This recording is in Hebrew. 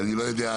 אני לא יודע,